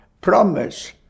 promise